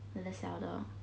那个小的